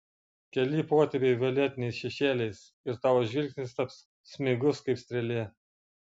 keli potėpiai violetiniais šešėliais ir tavo žvilgsnis taps smigus kaip strėlė